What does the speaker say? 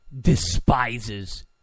despises